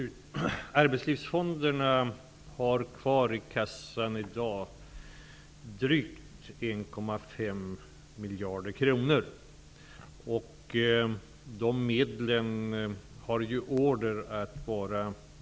Tack!